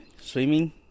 swimming